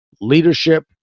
leadership